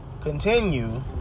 Continue